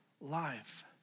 life